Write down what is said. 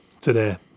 today